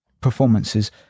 performances